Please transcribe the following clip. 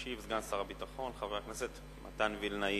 ישיב סגן שר הביטחון חבר הכנסת מתן וילנאי.